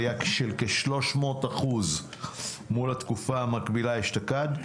עלייה של כ-300% מול התקופה המקבילה אשתקד.